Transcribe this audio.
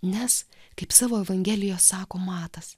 nes kaip savo evangelijos sako matas